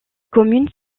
commune